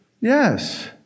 Yes